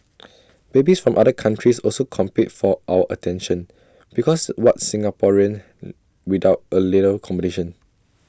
babies from other countries also compete for our attention because what's Singapore without A little competition